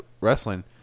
wrestling